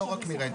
לא רק מרנטה,